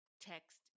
text